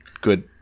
good